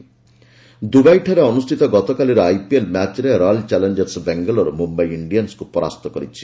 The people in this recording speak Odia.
ଆଇପିଏଲ୍ ଦୁବାଇଠାରେ ଅନୁଷ୍ଠିତ ଗତକାଲିର ଆଇପିଏଲ୍ ମ୍ୟାଚ୍ରେ ରୟାଲ୍ ଚାଲେଞ୍ଜର୍ସ ବାଙ୍ଗାଲୋର ମୁମ୍ୟାଇ ଇଣ୍ଡିଆନ୍ସକୁ ପରାସ୍ତ କରିଛି